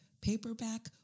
paperback